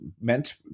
meant